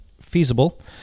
feasible